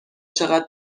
چقد